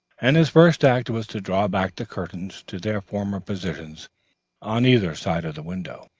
and his first act was to draw back the curtains to their former positions on either side of the window.